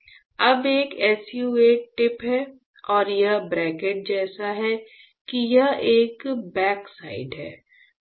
अब एक SU 8 tip है और यह ब्रैकेट ऐसा है कि यह एक बैक साइड है